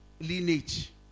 lineage